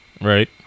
right